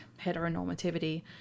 heteronormativity